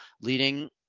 leading